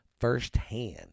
firsthand